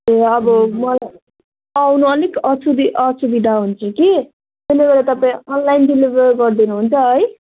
ए अब मलाई आउनु अलिक असुबि असुविदा हुन्छु कि त्यसले गर्दा तपाईँ अनलाइन डेलिभर गरिदिनु हुन्छ है